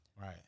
right